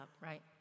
right